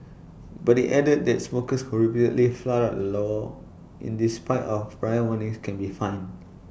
but IT added that smokers who repeatedly flout the law in the spite of prior warnings can be fined